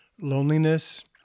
loneliness